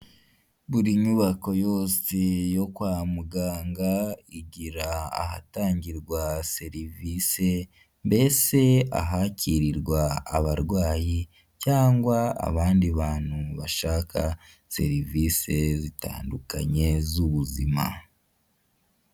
Buri nyubako yose yo kwa muganga, igira ahatangirwa serivisi, mbese ahakirirwa abarwayi cyangwa abandi bantu bashaka serivisi zitandukanye z'ubuzima.